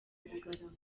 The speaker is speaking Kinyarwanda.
bugarama